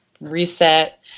reset